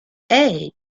hey